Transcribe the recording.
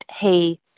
hey